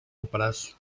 òperes